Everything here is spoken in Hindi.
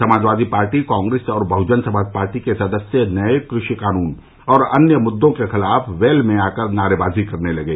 समाजवादी पार्टी कांग्रेस और बहजन समाज पार्टी के सदस्य नये कृषि कानून और अन्य मुद्दों के खिलाफ वेल में आकर नारेबाजी करने लगे